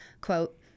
Quote